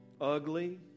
ugly